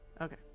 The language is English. Okay